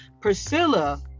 Priscilla